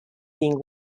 being